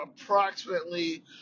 approximately